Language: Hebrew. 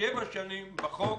שבע שנים בחוק,